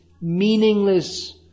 meaningless